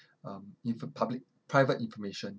um info~ public private information